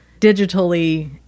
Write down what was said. digitally